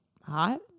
hot